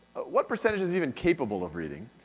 what percentage is even capable of reading?